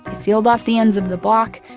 sealed off the ends of the block,